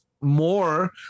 more